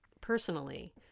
personally